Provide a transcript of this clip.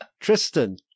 Tristan